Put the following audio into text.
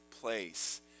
place